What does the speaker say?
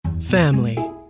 Family